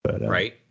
right